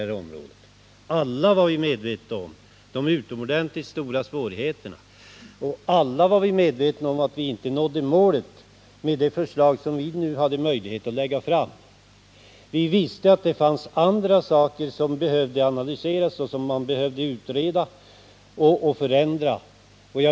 Vi var alla medvetna om de utomordentligt stora svårigheterna, och vi var alla medvetna om att vi inte nådde målet med det förslag som vi lade fram. Vi visste att det fanns andra saker som behövde analyseras, utredas och förändras.